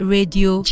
Radio